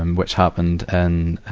and which happened and